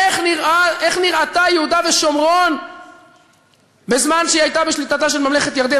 איך נראו יהודה ושומרון בזמן שהיו בשליטתה של ממלכת ירדן?